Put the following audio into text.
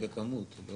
היא לכמות.